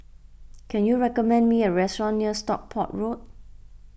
can you recommend me a restaurant near Stockport Road